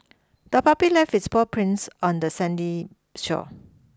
the puppy left its paw prints on the sandy shore